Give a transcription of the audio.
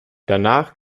danach